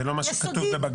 זה לא מה שכתוב בבג"ץ.